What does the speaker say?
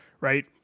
right